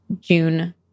June